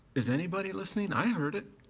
is anybody listening? i heard it.